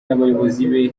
n’abayobozi